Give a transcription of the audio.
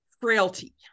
frailty